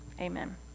amen